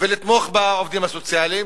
ולתמוך בעובדים הסוציאליים,